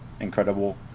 incredible